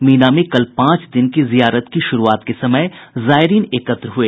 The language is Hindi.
मिना में कल पांच दिन की जियारत की शुरूआत के समय जायरीन एकत्र हुए